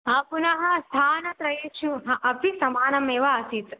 ह पुनः स्थानत्रयेषु अपि समानमेव आसीत्